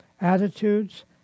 attitudes